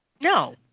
No